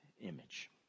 image